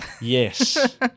Yes